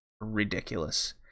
ridiculous